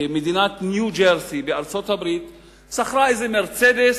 במדינת ניו-ג'רסי בארצות-הברית "מרצדס"